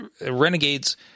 Renegades